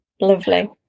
Lovely